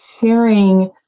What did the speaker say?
sharing